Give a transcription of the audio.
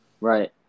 Right